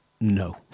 No